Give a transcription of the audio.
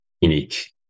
unique